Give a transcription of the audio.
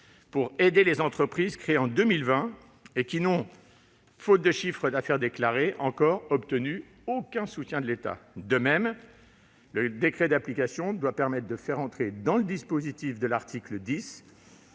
pour aider les entreprises créées en 2020 et qui, faute de chiffre d'affaires déclaré, n'ont pu obtenir aucun soutien de l'État. De même, le décret d'application doit permettre de faire entrer dans le dispositif de l'article 10